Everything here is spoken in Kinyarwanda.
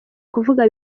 kuvuga